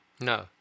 No